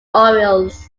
orioles